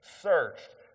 searched